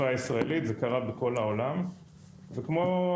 כמו שנאמר תמיד, לכל שבת יש מוצאי שבת.